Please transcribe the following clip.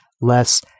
less